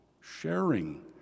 sharing